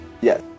Yes